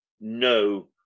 no